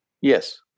Yes